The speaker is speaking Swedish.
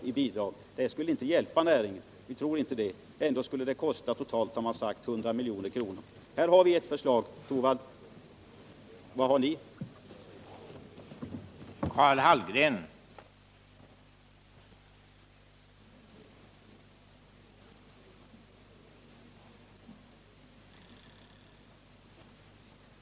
Vi tror inte att det skulle hjälpa näringen. Ändå skulle det kosta 100 milj.kr. totalt, har man sagt. Här har vi ett förslag. Vad har ni, Rune Torwald?